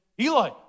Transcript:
Eli